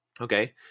Okay